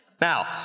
Now